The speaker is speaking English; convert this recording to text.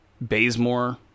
Bazemore